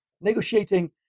negotiating